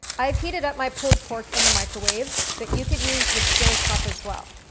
i've heated up my pulled pork in the microwave, but you could use the stove top as well.